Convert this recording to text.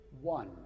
one